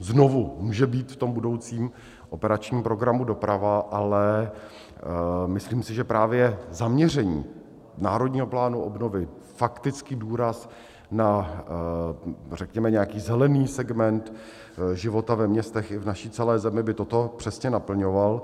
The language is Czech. Znovu může být v tom operačním programu Doprava, ale myslím si, že právě zaměření Národního plánu obnovy faktický důraz na řekněme nějaký zelený segment života ve městech i v naší celé zemi by toto přesně naplňoval.